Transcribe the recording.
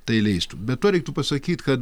tai leistų be to reiktų pasakyt kad